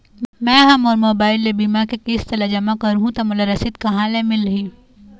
मैं हा मोर मोबाइल ले बीमा के किस्त ला जमा कर हु ता मोला रसीद कहां ले मिल ही?